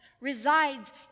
resides